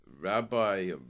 Rabbi